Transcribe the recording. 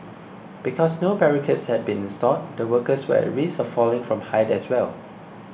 because no barricades had been installed the workers were at risk of falling from height as well